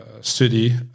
study